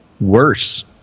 worse